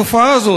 התופעה הזאת,